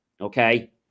okay